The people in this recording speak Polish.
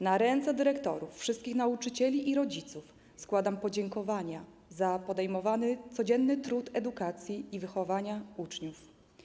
Na ręce dyrektorów, wszystkich nauczycieli i rodziców składam podziękowania za podejmowany codzienny trud edukacji i wychowania uczniów.